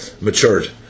matured